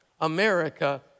America